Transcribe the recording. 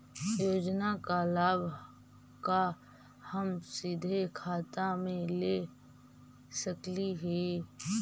योजना का लाभ का हम सीधे खाता में ले सकली ही?